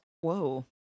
Whoa